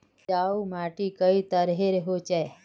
उपजाऊ माटी कई तरहेर होचए?